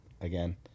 again